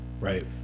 Right